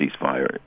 ceasefire